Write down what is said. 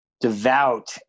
devout